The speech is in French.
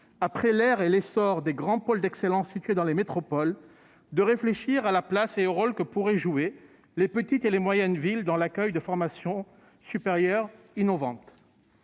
après l'ère et l'essor des grands pôles d'excellence situés dans les métropoles, de réfléchir à la place et au rôle que pourraient jouer les petites et moyennes villes dans l'accueil de formations supérieures innovantes.